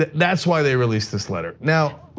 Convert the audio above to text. that's why they released this letter. now,